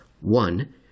one